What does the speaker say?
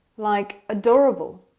like, adorable.